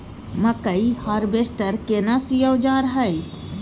मकई हारवेस्टर केना सी औजार हय?